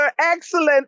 excellent